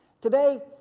Today